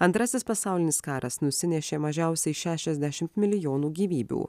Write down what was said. antrasis pasaulinis karas nusinešė mažiausiai šešiasdešim milijonų gyvybių